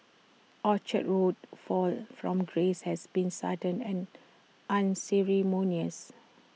Orchard Road's fall from grace has been sudden and unceremonious